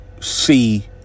see